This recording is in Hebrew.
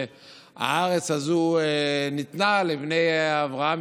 שהארץ הזאת ניתנה לבני אברהם,